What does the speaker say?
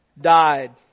died